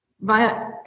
via